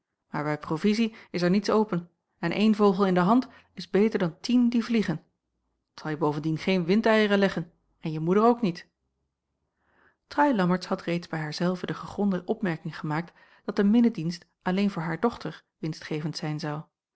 maar bij provizie is er niets open en één vogel in de hand is beter dan tien die vliegen t zal je bovendien geen windeieren leggen en je moeder ook niet trui lammertsz had reeds bij haar zelve de gegronde opmerking gemaakt dat een minnedienst alleen voor haar dochter winstgevend zijn zou